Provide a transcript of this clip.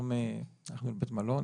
הלכנו לבית מלון,